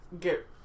get